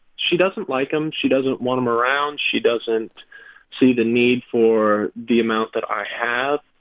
she doesn't like them. she doesn't want them around. she doesn't see the need for the amount that i have.